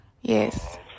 Yes